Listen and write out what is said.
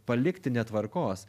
palikti netvarkos